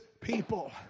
people